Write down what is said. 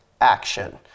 action